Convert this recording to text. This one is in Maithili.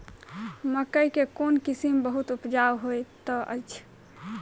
मकई केँ कोण किसिम बहुत उपजाउ होए तऽ अछि?